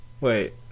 wait